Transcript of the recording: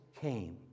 came